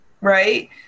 right